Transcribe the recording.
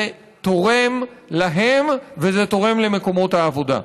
זה תורם להם וזה תורם למקומות העבודה.